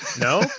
No